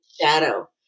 shadow